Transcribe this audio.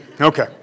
Okay